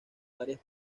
varias